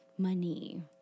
money